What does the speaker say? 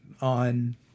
on